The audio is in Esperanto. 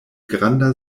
granda